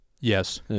Yes